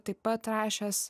taip pat rašęs